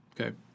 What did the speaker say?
okay